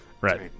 Right